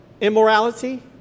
immorality